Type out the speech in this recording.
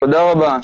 תודה רבה.